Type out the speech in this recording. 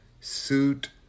Suit